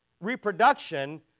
reproduction